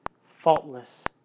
faultless